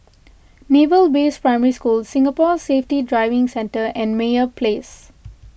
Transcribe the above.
Naval Base Primary School Singapore Safety Driving Centre and Meyer Place